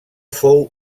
fou